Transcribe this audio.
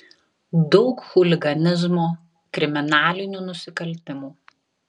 daug chuliganizmo kriminalinių nusikaltimų